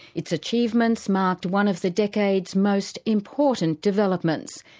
its achievements marked one of the decade's most important developments.